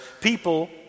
people